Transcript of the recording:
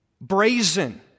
brazen